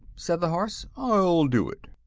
said the horse i'll do it.